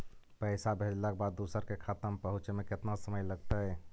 पैसा भेजला के बाद दुसर के खाता में पहुँचे में केतना समय लगतइ?